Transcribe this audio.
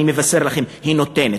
אני מבשר לכם: היא נותנת.